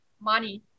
money